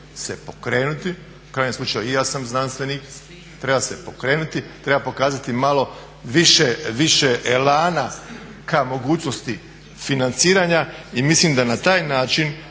se pokrenuti, u krajnjem slučaju i ja sam znanstvenik, treba se pokrenuti, treba pokazati malo više elana ka mogućnosti financiranja i mislim da na taj način